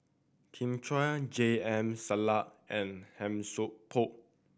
Kin Chui J M and Han Sai Por